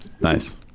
Nice